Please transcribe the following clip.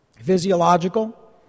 physiological